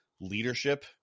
leadership